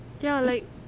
ya like